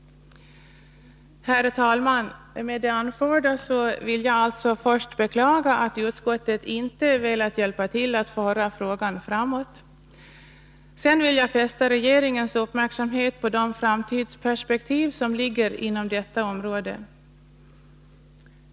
Herr talman! Med det anförda vill jag alltså först beklaga att utskottet inte velat hjälpa till att föra frågan framåt. Sedan vill jag fästa regeringens uppmärksamhet på de framtidsperspektiv som ligger inom detta område.